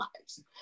lives